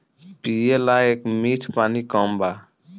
पिए लायक मीठ पानी कम बा